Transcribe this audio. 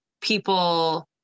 people